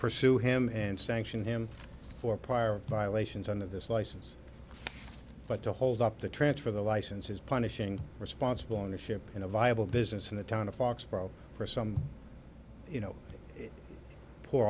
pursue him and sanction him for prior violations under this license but to hold up the transfer the license is punishing responsible ownership in a viable business in the town of foxborough for some you know poor